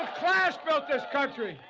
class built this country!